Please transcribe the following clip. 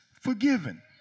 forgiven